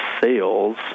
sales